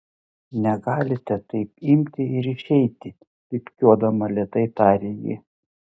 negalite taip imti ir išeiti pypkiuodama lėtai tarė ji